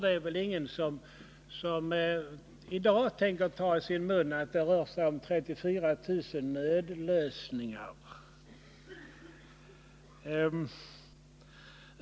Det är väl ingen som i dag tänker ta i sin mun att det rör sig om 34 000 nödlösningar?